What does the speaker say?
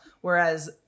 Whereas